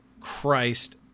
Christ